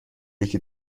یکی